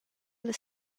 las